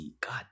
God